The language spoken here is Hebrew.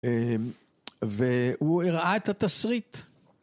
והוא הראה את התסריט